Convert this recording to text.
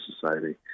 society